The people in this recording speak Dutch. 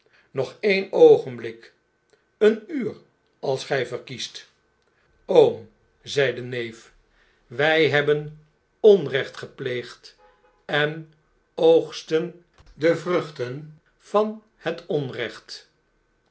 nog e'e'n oogenblik een uur als gy verkiest oom zei de neef wij hebben onrecht gepleegd en oogsten de vruchten van het onrecht